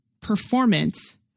performance